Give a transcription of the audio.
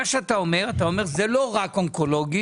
מה שאתה אומר זה לא רק אונקולוגית